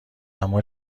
اما